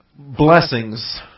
blessings